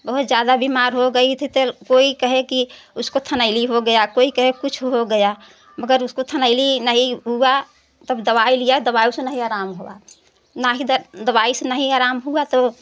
बहुत ज़्यादा बिमार हो गई थी तो कोई कहे कि उसको थनैली हो गया कोई कहे कुछ हो गया मगर उसको थनैली नहीं हुआ तब दवाई लिया दवाई से नहीं आराम हुआ नाहीं द व दवाई से नहीं आराम हुआ तो